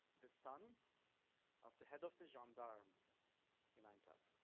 the son of the head of the gendarme in aintab,